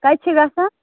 کَتہِ چھِ گژھان